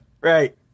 right